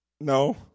No